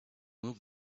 move